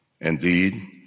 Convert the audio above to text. Indeed